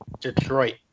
Detroit